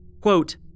Quote